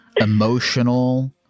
emotional